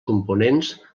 components